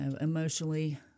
emotionally